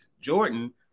Jordan